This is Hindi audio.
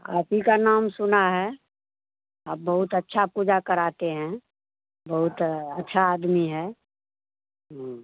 आप ही का नाम सुना है आप बहुत अच्छा पूजा कराते हैं बहुत अच्छा आदमी है हाँ